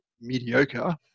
mediocre